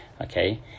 okay